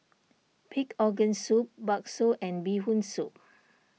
Pig Organ Soup Bakso and Bee Hoon Soup